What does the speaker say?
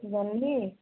ଜହ୍ନି